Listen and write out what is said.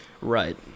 Right